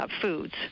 foods